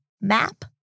map